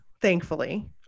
thankfully